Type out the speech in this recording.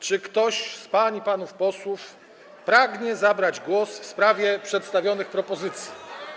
Czy ktoś z pań i panów posłów pragnie zabrać głos w sprawie przedstawionych propozycji?